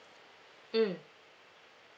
mm